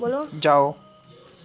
जाओ